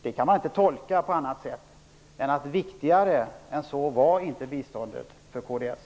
Det kan man inte tolka på annat sätt än att viktigare än så var inte biståndet för kds.